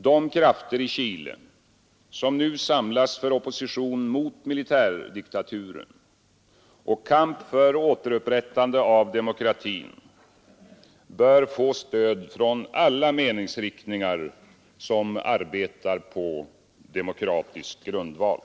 De krafter i Chile som nu samlas för opposition mot militärdiktaturen och kamp för återupprättande av demokratin bör få stöd från alla meningsriktningar som arbetar på demokratisk grundval.